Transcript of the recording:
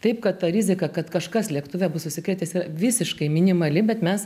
taip kad ta rizika kad kažkas lėktuve bus užsikrėtęs yra visiškai minimali bet mes